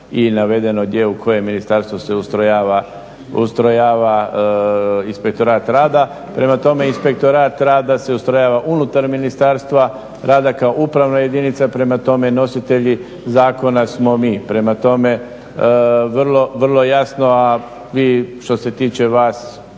i navedeno gdje u kojem ministarstvu se ustrojava Inspektorat rada. Prema tome, Inspektorat rada se ustrojava unutar Ministarstva rada kao upravna jedinica. Prema tome, nositelji zakona smo mi. Prema tome, vrlo jasno a vi što se tiče vas